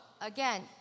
again